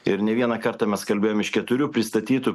ir ne vieną kartą mes kalbėjome iš keturių pristatytų